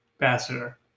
ambassador